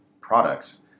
products